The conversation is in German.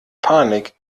panik